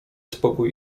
spokój